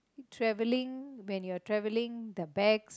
traveling when you are traveling the bag